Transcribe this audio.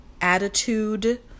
attitude